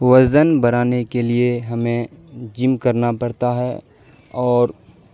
وزن بڑھانے کے لیے ہمیں جم کرنا پڑتا ہے اور